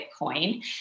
Bitcoin